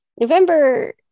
November